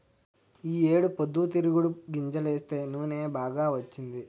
ఈ ఏడు పొద్దుతిరుగుడు గింజలేస్తే నూనె బాగా వచ్చింది